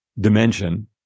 dimension